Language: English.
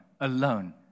alone